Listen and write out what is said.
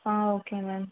ah okay ma'am